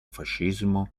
fascismo